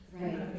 Right